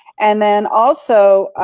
and then also,